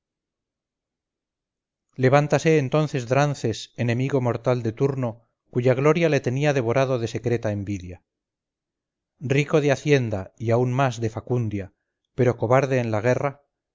levántase entonces drances enemigo mortal de turno cuya gloria le tenía devorado de secreta envidia rico de hacienda y aún más de facundia pero cobarde en la guerra